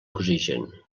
oxigen